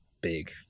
big